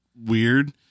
weird